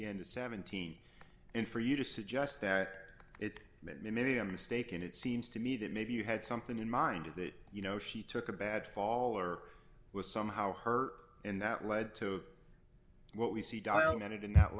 the end of seventeen and for you to suggest that it many a mistake and it seems to me that maybe you had something in mind that you know she took a bad fall or was somehow hurt and that led to what we see diluted in that